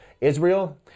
Israel